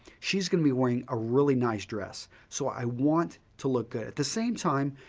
she's going to be wearing a really nice dress, so i want to look good. at the same time,